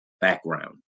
background